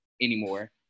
anymore